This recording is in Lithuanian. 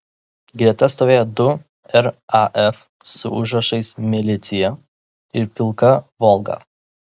greta stovėjo du raf su užrašais milicija ir pilka volga